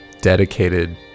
dedicated